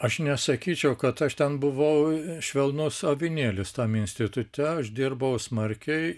aš nesakyčiau kad aš ten buvau švelnus avinėlis tame institute aš dirbau smarkiai